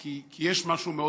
כי יש משהו מאוד